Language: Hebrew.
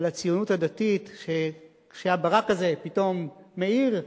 על הציונות הדתית, שכשהברק הזה פתאום מאיר לשנייה,